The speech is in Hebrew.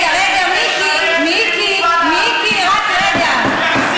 מאה אחוז.